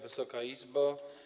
Wysoka Izbo!